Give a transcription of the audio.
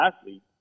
athlete